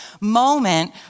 moment